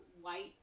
white